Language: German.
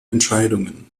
entscheidungen